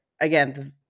Again